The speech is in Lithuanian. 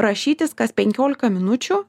rašytis kas penkiolika minučių